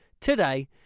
today